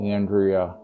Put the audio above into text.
Andrea